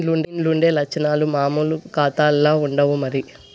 దీన్లుండే లచ్చనాలు మామూలు కాతాల్ల ఉండవు మరి